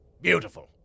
Beautiful